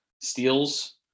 steals